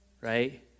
Right